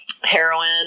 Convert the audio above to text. heroin